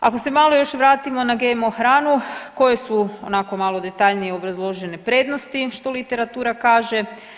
Ako se malo još vratimo na GMO hranu, koje su onako malo detaljnije obrazložene prednosti, što literatura kaže?